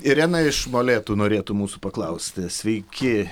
irena iš molėtų norėtų mūsų paklausti sveiki